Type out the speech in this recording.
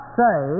say